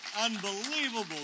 unbelievable